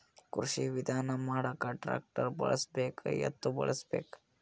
ಕೃಷಿ ವಿಧಾನ ಮಾಡಾಕ ಟ್ಟ್ರ್ಯಾಕ್ಟರ್ ಬಳಸಬೇಕ, ಎತ್ತು ಬಳಸಬೇಕ?